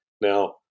Now